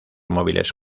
móviles